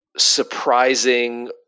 Surprising